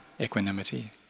equanimity